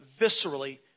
viscerally